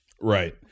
Right